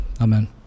Amen